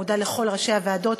מודה לכל ראשי הוועדות,